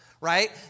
right